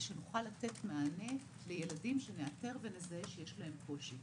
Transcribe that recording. כדי שנוכל לתת מענה לילדים שנאתר ונזהה שיש להם קושי.